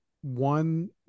one